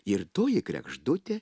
ir toji kregždutė